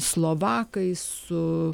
slovakais su